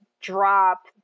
drop